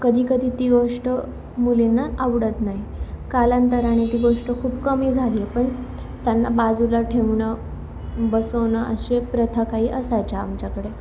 कधी कधी ती गोष्ट मुलींना आवडत नाही कालांतराने ती गोष्ट खूप कमी झाली पण त्यांना बाजूला ठेवणं बसवणं अशी प्रथा काही असायच्या आमच्याकडे